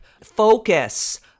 focus